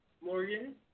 Morgan